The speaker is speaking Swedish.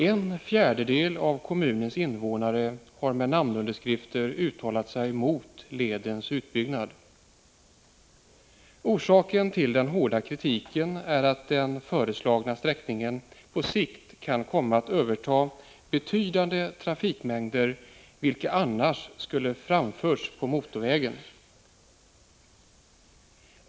En fjärdedel av kommunens invånare har med namnunderskrifter uttalat sig mot en utbyggnad av leden. Orsaken till den hårda kritiken är att den föreslagna sträckningen på sikt kan komma att överta en betydande mängd trafik, vilken annars skulle ha varit hänvisad till motorväg E3.